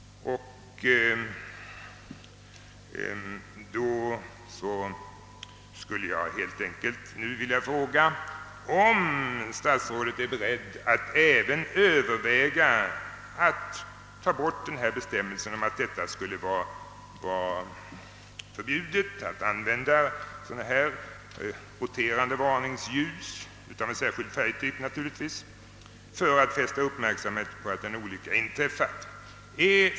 Då skulle jag helt enkelt vilja fråga om statsrådet är beredd att även överväga att ta bort bestämmelsen om att det skulle vara förbjudet att använda sådana här roterande varningsljus av en särskild färg för att fästa uppmärksamheten på att en olycka inträffat.